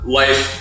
life